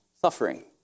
suffering